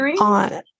on